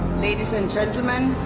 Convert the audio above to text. ladies and gentlemen,